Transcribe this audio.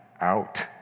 out